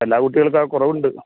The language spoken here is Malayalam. എല്ലാ കുട്ടികൾക്കും ആ കുറവുണ്ട്